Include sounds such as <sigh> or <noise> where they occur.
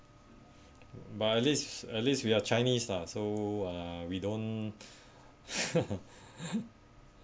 but at least at least we are chinese ah so uh we don't <laughs>